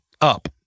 up